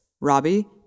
Robbie